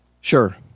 Sure